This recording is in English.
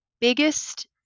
biggest